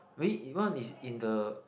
maybe one is in the